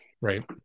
Right